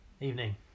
Evening